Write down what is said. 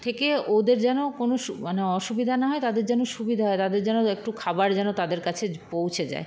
থেকে ওদের যেন কোনো সু মানে অসুবিধা না হয় তাদের যেন সুবিধে হয় তাদের যেন একটু খাবার যেন তাদের কাছে য্ পৌঁছে যায়